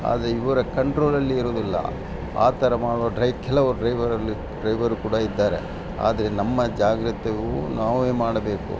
ಆದರೆ ಇವರ ಕಂಟ್ರೋಲಲ್ಲಿ ಇರುವುದಿಲ್ಲ ಆ ಥರ ಮಾಡುವ ಡ್ರೈ ಕೆಲವರು ಡ್ರೈವರಲ್ಲಿ ಡ್ರೈವರು ಕೂಡ ಇದ್ದಾರೆ ಆದರೆ ನಮ್ಮ ಜಾಗ್ರತೆಯು ನಾವೇ ಮಾಡಬೇಕು